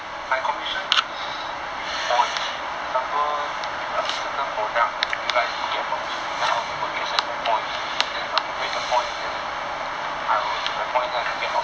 my commission is in points example a certain product you guys get from me then the owner will get certain points then accumulate the points then from the point I can get offer